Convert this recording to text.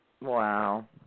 Wow